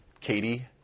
Katie